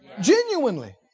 genuinely